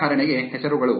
ಉದಾಹರಣೆಗೆ ಹೆಸರುಗಳು